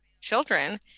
children